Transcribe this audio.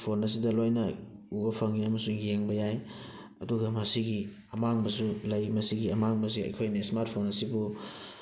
phone ꯑꯁꯤꯗ ꯂꯣꯏꯅ ꯎꯕ ꯐꯪꯉꯤ ꯑꯃꯁꯨꯡ ꯌꯦꯡꯕ ꯌꯥꯏ ꯑꯗꯨꯒ ꯃꯁꯤꯒꯤ ꯑꯃꯥꯡꯕꯁꯨ ꯂꯩ ꯃꯁꯤꯒꯤ ꯑꯃꯥꯡꯕꯁꯤ ꯑꯩꯈꯣꯏꯅ ꯏꯁꯃꯥꯔꯠ ꯐꯣꯟ ꯑꯁꯤꯕꯨ